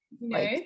No